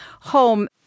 home